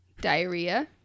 diarrhea